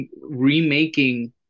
remaking